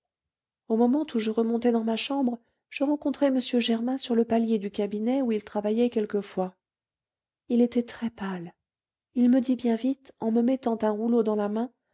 au moment où je remontais dans ma chambre je rencontrai m germain sur le palier du cabinet où il travaillait quelquefois il était très-pâle il me dit bien vite en me mettant un rouleau dans la main